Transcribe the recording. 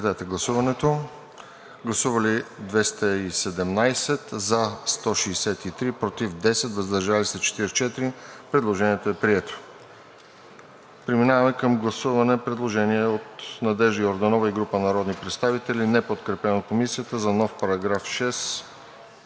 народни представители: за 163, против 10, въздържали се 44. Предложението е прието. Преминаваме към гласуване предложение от Надежда Йорданова и група народни представители, неподкрепено от Комисията, за нов параграф 6.